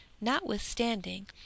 notwithstanding